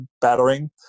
battering